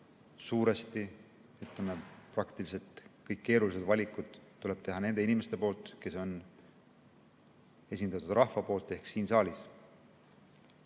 suuresti, ütleme, praktiliselt kõik keerulised valikud tuleb teha neil inimestel, kes on esindatud rahva poolt ehk siin saalis.